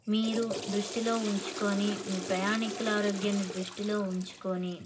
మీరు దృష్టిలో ఉంచుకుని మీ ప్రయాణికుల ఆరోగ్యాన్ని దృష్టిలో ఉంచుకుని